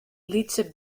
lytse